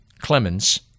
Clemens